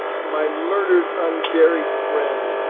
my murdered, unburied friend!